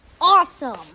awesome